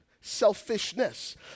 selfishness